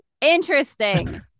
Interesting